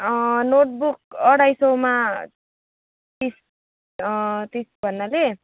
notebook अढाइ सौमा तिस तिस भन्नाले